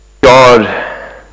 God